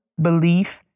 belief